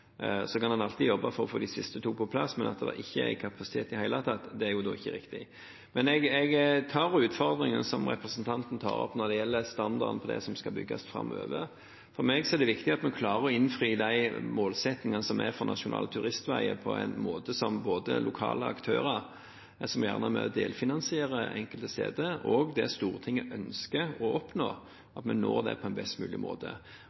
kapasitet i det hele tatt, er jo da ikke riktig. Jeg tar utfordringen som representanten tar opp når det gjelder standarden på det som skal bygges framover. For meg er det viktig at vi klarer å innfri de målsettingene for Nasjonale turistveger som både lokale aktører, som gjerne er med og delfinansierer enkelte steder, og Stortinget ønsker å oppnå, på en best mulig måte.